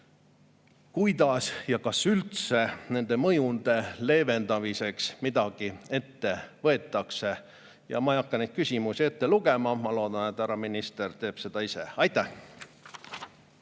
kuidas või kas üldse nende mõjude leevendamiseks midagi ette võetakse. Ma ei hakka neid küsimusi ette lugema, ma loodan, et härra minister teeb seda ise. Aitäh!